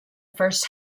first